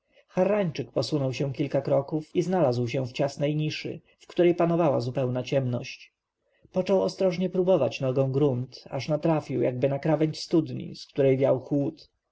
harrańczyk posunął się kilka kroków i znalazł się w ciasnej niszy w której panowała zupełna ciemność począł ostrożnie próbować nogą gruntu aż trafił jakby na krawędź studni z której wiał chłód